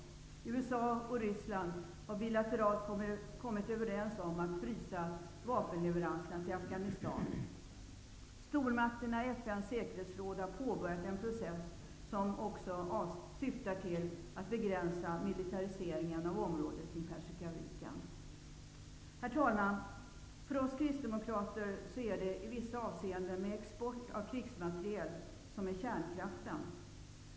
USA och Ryssland har bilateralt kommit överens om att frysa vapenleveranserna till Afghanistan. Stormakterna i FN:s säkerhetsråd har påbörjat en process som avses syfta till att begränsa militariseringen av området kring Persiska viken. Herr talman! För oss Kristdemokrater är det i vissa avseenden med export av krigsmateriel som med kärnkraften.